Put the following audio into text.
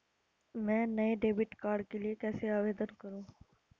मैं नए debit card के लिए कैसे आवेदन करूं?